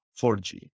4G